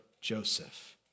Joseph